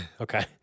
Okay